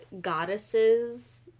goddesses